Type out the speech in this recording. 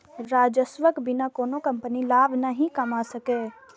राजस्वक बिना कोनो कंपनी लाभ नहि कमा सकैए